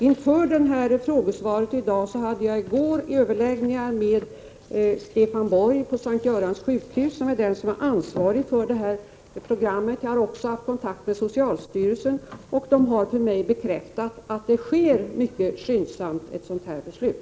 Inför frågestunden i dag hade jag i går överläggningar med Stefan Borg på S:t Görans sjukhus, som är ansvarig för programmet där, och jag har också haft kontakt med socialstyrelsen, där man för mig har bekräftat att sådana här beslut sker mycket skyndsamt.